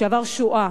שעבר שואה,